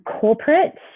corporate